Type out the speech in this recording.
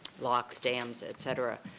locks, damns, et cetera.